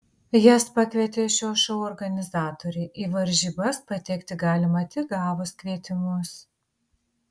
jas pakvietė šio šou organizatoriai į varžybas patekti galima tik gavus kvietimus